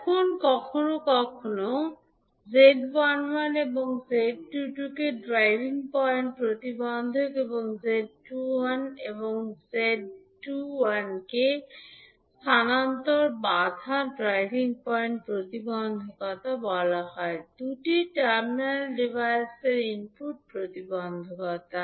এখন কখনও কখনও 𝐳11 এবং 𝐳22 কে ড্রাইভিং পয়েন্ট প্রতিবন্ধক এবং 𝐳12 এবং 𝐳21 বলা হয় স্থানান্তর বাধা ড্রাইভিং পয়েন্ট প্রতিবন্ধকতা হল দুটি টার্মিনাল ডিভাইসের ইনপুট প্রতিবন্ধকতা